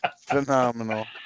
Phenomenal